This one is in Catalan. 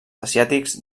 asiàtics